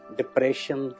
depression